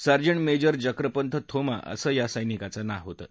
sergeant major जक्रपंथ थोमा असं या सैनिकाचं नाव होतं